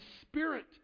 spirit